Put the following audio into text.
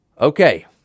Okay